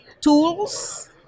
tools